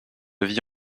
vie